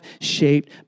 shaped